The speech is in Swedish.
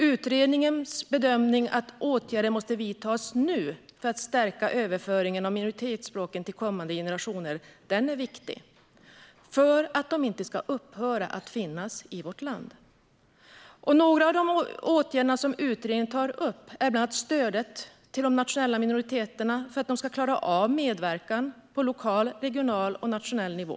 Utredningens bedömning att åtgärder måste vidtas nu för att stärka överföringen av minoritetsspråken till kommande generationer är viktig för att språken inte ska upphöra att finnas i vårt land. Några av de åtgärder utredningen tar upp är bland annat stödet till nationella minoriteter för att de ska klara av medverkan på lokal, regional och nationell nivå.